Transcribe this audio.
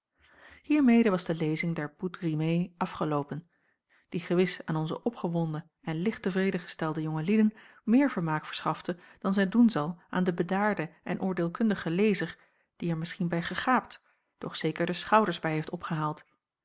hiermede was de lezing der bouts rimés afgeloopen die gewis aan onze opgewonden en licht tevreden gestelde jonge lieden meer vermaak verschafte dan zij doen zal aan den bedaarden en oordeelkundigen lezer die er misschien bij gegaapt doch zeker de schouders bij heeft opgehaald